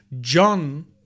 John